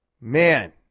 man